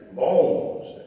bones